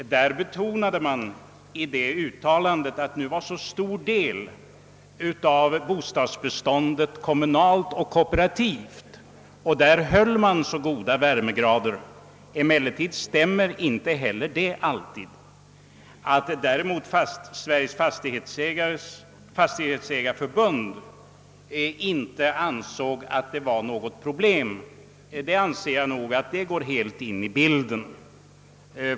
I sitt uttalande betonade Hyresgästernas riksförbund, att en stor del av bostadsbeståndet nu var kommunalt eller kooperativt och att man i dessa fastigheter höll goda värmegrader. Emellertid stämmer inte heller det alltid. Att däremot Sveriges fastighetsägareförbund inte ansåg att det var något problem tycker jag nog går helt in i bilden.